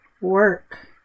work